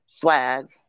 swag